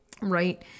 right